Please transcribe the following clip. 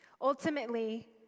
Ultimately